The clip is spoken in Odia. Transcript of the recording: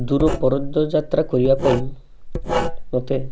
ଦୂରୁପରୋଜ୍ୟ ଯାତ୍ରା କରିବା ପାଇଁ ମୋତେ